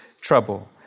trouble